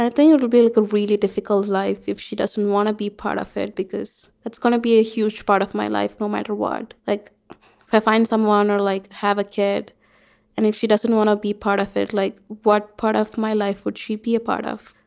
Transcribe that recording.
then it'll be like a really difficult life if she doesn't want to be part of it, because that's going gonna be a huge part of my life no matter what. like i find someone or like have a kid and if she doesn't want to be part of it. like what part of my life would she be a part of?